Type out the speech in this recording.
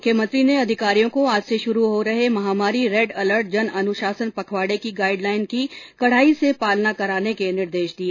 मुख्यमंत्री ने अधिकारियों को आज से शुरू हो रहे महामारी रेड अलर्ट जन अनुशासन पखवाडे की गाईडलाईन की कडाई से पालना कराने के निर्देश दिए